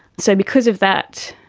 so because of that,